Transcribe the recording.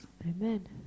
Amen